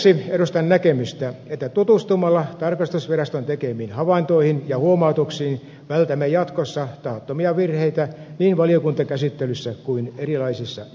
edustan näkemystä että tutustumalla tarkastusviraston tekemiin havaintoihin ja huomautuksiin vältämme jatkossa tahattomia virheitä niin valiokuntakäsittelyssä kuin erilaisissa jaostoissakin